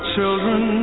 children